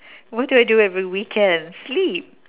what do I do every weekend sleep